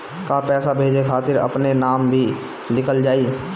का पैसा भेजे खातिर अपने नाम भी लिकल जाइ?